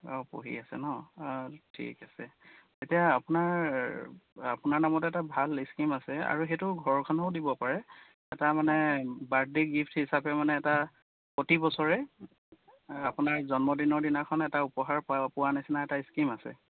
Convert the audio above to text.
অঁ পঢ়ি আছে ন ঠিক আছে এতিয়া আপোনাৰ আপোনাৰ নামতে এটা ভাল স্কীম আছে আৰু সেইটো ঘৰখনেও দিব পাৰে এটা মানে বাৰ্থডে' গিফ্ট হিচাপে মানে এটা প্ৰতিবছৰে আপোনাৰ জন্মদিনৰ দিনাখন এটা উপহাৰ পোৱা নিচিনা এটা স্কীম আছে